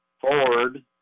Ford